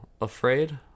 afraid